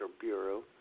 Bureau